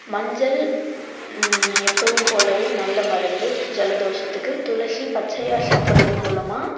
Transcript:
மஞ்சள் எப்போவும் போலவே நல்ல மருந்து ஜலதோஷத்துக்கு துளசி பச்சையாக சாப்பிடுறது மூலமாக